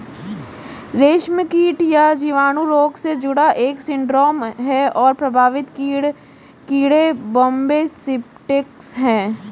रेशमकीट यह जीवाणु रोग से जुड़ा एक सिंड्रोम है और प्रभावित कीड़े बॉम्बे सेप्टिकस है